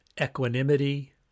equanimity